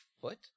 foot